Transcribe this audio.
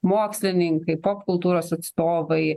mokslininkai popkultūros atstovai